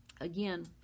Again